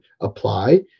apply